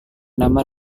nama